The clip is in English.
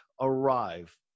arrive